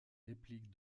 répliques